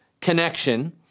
connection